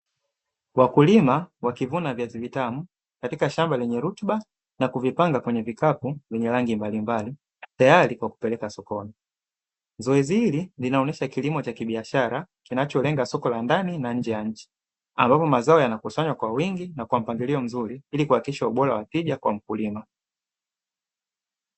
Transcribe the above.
Wakulima wakivuna viazi vitamu katika shamba lenye rutuba na kuvipanga kwenye vikapu vyenye rangi mbalimbali tayari kwa kupelekwa sokoni. Zoezi hili linaonyesha kilimo cha kibiashara kinacho lenga soko la ndani na la nje ya nchi, ambapo mazao yanakusanywa kwa wingi na kwa mpangilio mzuri ili kuhakikisha ubora wa tija kwa mkulima.